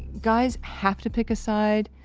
guys have to pick a side.